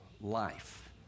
life